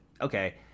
okay